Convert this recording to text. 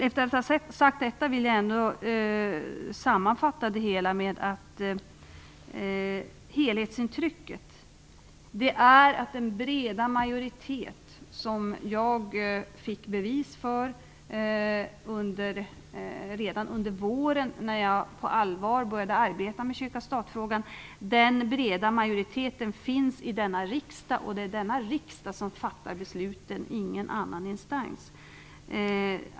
Efter att ha sagt detta vill jag sammanfatta det hela med att säga att helhetsintrycket är att den breda majoritet som jag fick bevis för redan under våren när jag på allvar började arbeta med kyrka-stat-frågan också finns i riksdagen. Det är denna riksdag som fattar besluten och ingen annan instans.